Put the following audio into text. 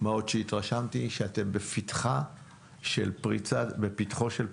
מה עוד שהתרשמתי שאתם בפתחה של פריצת דרך,